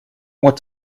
what